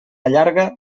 llarga